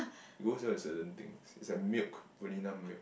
they always sell with certain things it's like milk vanilla milk